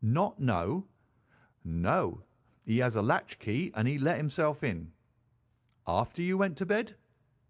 not know no he has a latch-key, and he let himself in after you went to bed